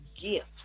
gift